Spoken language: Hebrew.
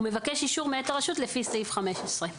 מבקש אישור מאת הרשות לפי סעיף 15,